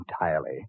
entirely